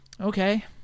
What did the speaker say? okay